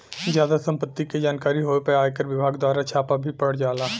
जादा सम्पत्ति के जानकारी होए पे आयकर विभाग दवारा छापा भी पड़ जाला